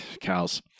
cows